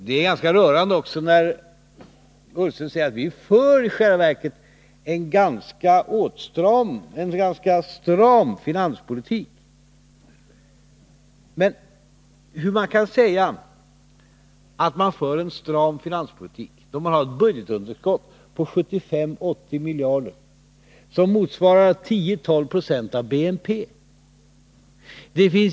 Det är ganska rörande när Ola Ullsten säger: Vi för i själva verket en ganska stram finanspolitik. Hur kan man säga att man för en stram finanspolitik, då man har ett budgetunderskott på 75-80 miljarder, vilket motsvarar 10-12 76 av BNP?